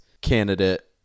candidate